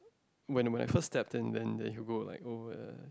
when when I first stepped in then then he will go like oh uh